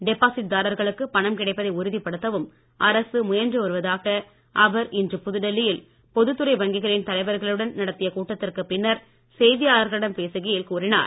deposit தாரர்களுக்கு பணம் கிடைப்பதை உறுதிப்படுத்தவும் அரசு முயன்று வருவதாக அவர் இன்று புதுடெல்லியில் பொதுத் துறை வங்கிகளின் தலைவர்களுடன் நடத்திய கூட்டத்திற்கு பின்னர் செய்தியாளர்களிடம் பேசுகையில் கூறினார்